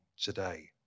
today